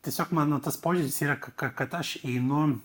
tiesiog mano tas požiūris yra ka ka kad aš einu